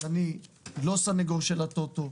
אני לא סנגור של הטוטו,